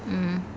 mm